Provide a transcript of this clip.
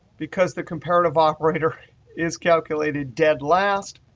because the comparative operator is calculated dead last,